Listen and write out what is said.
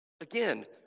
Again